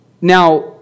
Now